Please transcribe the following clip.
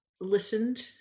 listened